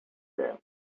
them